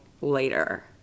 later